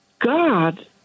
God